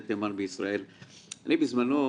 בזמנו,